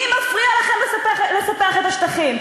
מי מפריע לכם לספח את השטחים?